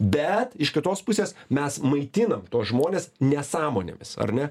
bet iš kitos pusės mes maitinam tuos žmones nesąmonėmis ar ne